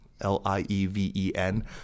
L-I-E-V-E-N